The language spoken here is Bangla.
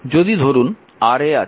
যদি ধরুন Ra আছে